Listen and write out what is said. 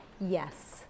Yes